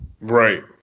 Right